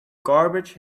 garbage